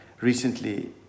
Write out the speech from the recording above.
recently